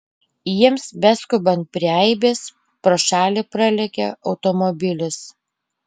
jiems beskubant prie aibės pro šalį pralėkė automobilis